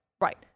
Right